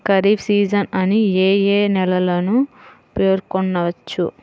Kharif season అని ఏ ఏ నెలలను పేర్కొనవచ్చు?